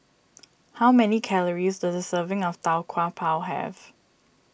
how many calories does a serving of Tau Kwa Pau have